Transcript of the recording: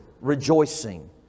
rejoicing